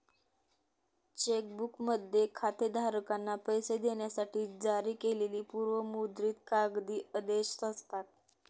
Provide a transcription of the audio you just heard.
check बुकमध्ये खातेधारकांना पैसे देण्यासाठी जारी केलेली पूर्व मुद्रित कागदी आदेश असतात